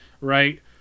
right